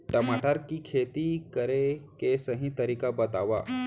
टमाटर की खेती करे के सही तरीका बतावा?